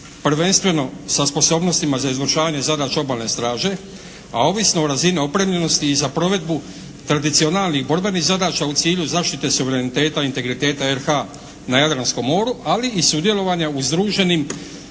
prvenstveno sa sposobnostima za izvršavanje zadaća obalne straže, a ovisno o razini opremljenosti i za provedbu tradicionalnih borbenih zadaća u cilju zaštite suvereniteta, integriteta RH-a na Jadranskom moru, ali i sudjelovanju u združenim